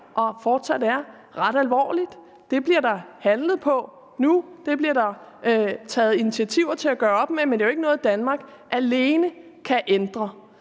og fortsat er ret alvorlig. Det bliver der handlet på nu. Det bliver der taget initiativer til at gøre op med. Men det er jo ikke noget, Danmark alene kan ændre.